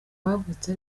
bavutse